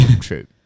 true